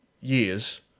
years